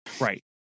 Right